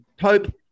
Pope